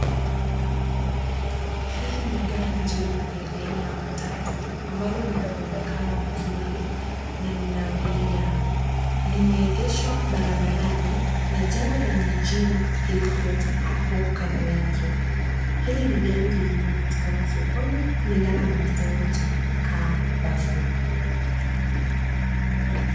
Hili ni gari jeupe aina ya matatu ambalo lina mwonekano mzuri na ni la abiria. Limeegeshwa barabarani na jengo lenye jina Hill Court hapo kando yake. Hili ni gari lililopatikana sokoni kulingana na kitengo cha car bazaar .